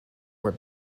were